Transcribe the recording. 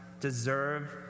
deserve